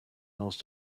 else